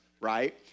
right